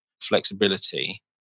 flexibility